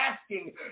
asking